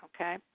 Okay